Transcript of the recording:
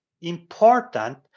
important